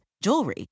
Jewelry